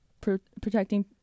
protecting